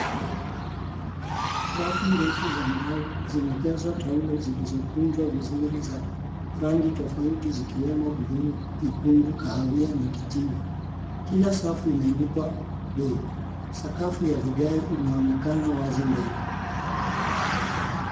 Rafu ndefu za mbao zimejazwa taulo zilizokunjwa vizuri za rangi tofauti zikiwemo blue , nyekundu kahawia na kijivu. Kila safu imeandikwa bei. Sakafu ya vigae inaonekana wazi mbele.